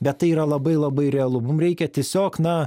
bet tai yra labai labai realu mum reikia tiesiog na